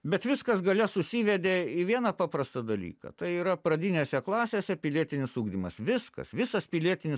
bet viskas gale susivedė į vieną paprastą dalyką tai yra pradinėse klasėse pilietinis ugdymas viskas visas pilietinis